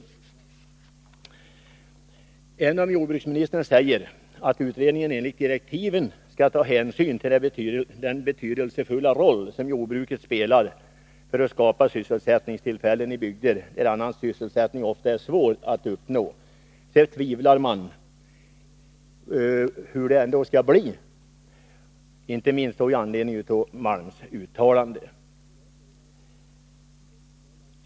Även om jordbruksministern säger att utredningen enligt direktiven skall ta hänsyn till den betydelsefulla roll som jordbruket spelar för att skapa sysselsättningstillfällen i bygder där annan sysselsättning ofta är svår att uppnå, funderar man på hur det skall bli — inte minst i anledning av Stig Malms uttalande.